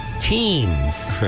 Teens